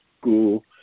school